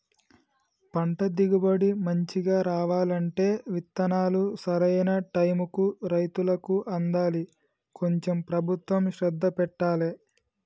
పంట దిగుబడి మంచిగా రావాలంటే విత్తనాలు సరైన టైముకు రైతులకు అందాలి కొంచెం ప్రభుత్వం శ్రద్ధ పెట్టాలె